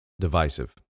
Divisive